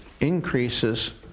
increases